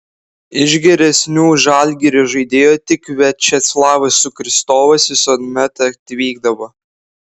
iš geresnių žalgirio žaidėjų tik viačeslavas sukristovas visuomet atvykdavo